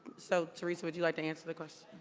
so teresa, would you like to answer the question?